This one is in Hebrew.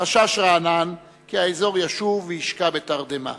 חשש רענן כי האזור ישוב וישקע בתרדמה.